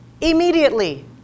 immediately